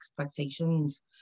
expectations